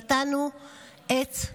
נטענו עץ זית.